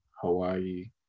Hawaii